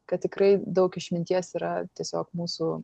kad tikrai daug išminties yra tiesiog mūsų